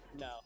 No